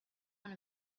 one